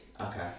Okay